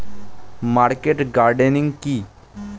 Market gardening কি?